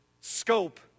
scope